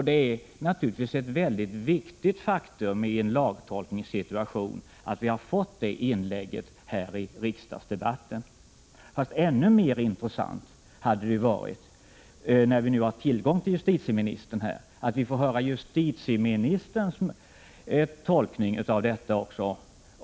Det är naturligtvis ett viktigt faktum i en lagtolkningssituation att vi har fått det inlägget här i riksdagsdebatten. Men ännu mer intressant hade det varit, när justitieministern nu är här, att få höra justitieministerns tolkning.